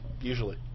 usually